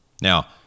Now